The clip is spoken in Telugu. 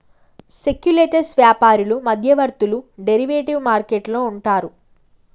సెక్యులెటర్స్ వ్యాపారులు మధ్యవర్తులు డెరివేటివ్ మార్కెట్ లో ఉంటారు